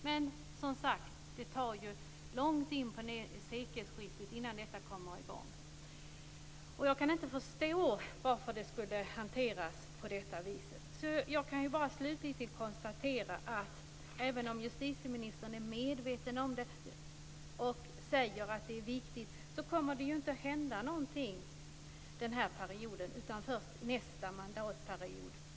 Men, som sagt, det dröjer långt efter sekelskiftet innan detta kommer i gång. Jag kan inte förstå varför frågorna skulle hanteras på detta vis. Jag kan slutligen bara konstatera att även om justitieministern är medveten om det och säger att det är viktigt så kommer det inte att hända någonting den här perioden utan först nästa mandatperiod.